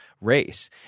race